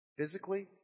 Physically